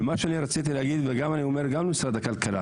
אני אומר גם למשרד הכלכלה